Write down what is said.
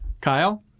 Kyle